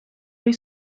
ohi